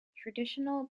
traditional